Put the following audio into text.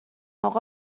اقا